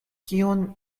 kion